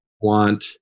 want